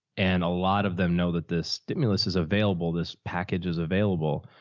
and a lot of them know that this stimulus is available, this package is available.